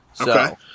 Okay